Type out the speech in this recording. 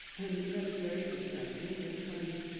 and that's very distressing, because